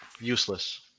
Useless